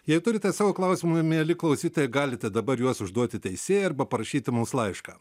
jei turite savo klausimų mieli klausytojai galite dabar juos užduoti teisėjai arba parašyti mums laišką